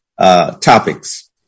topics